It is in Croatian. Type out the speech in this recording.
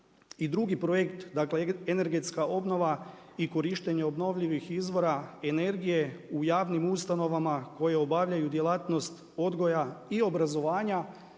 I drugi projekt, dakle energetska obnova i korištenje obnovljivih izvora energije u javnim ustanovama koje obavljaju djelatnost odgoja i obrazovanja